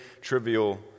trivial